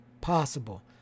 possible